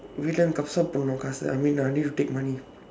வீட்டிலிருந்து:viitdilirundthu பண்ணனும் காச:pannanum kaasa I mean I need to take money